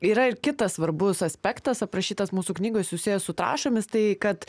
yra ir kitas svarbus aspektas aprašytas mūsų knygoj susijęs su trąšomis tai kad